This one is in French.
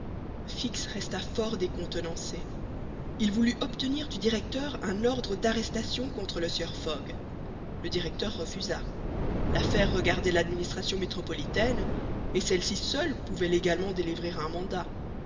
fix resta fort décontenancé il voulut obtenir du directeur un ordre d'arrestation contre le sieur fogg le directeur refusa l'affaire regardait l'administration métropolitaine et celle-ci seule pouvait légalement délivrer un mandat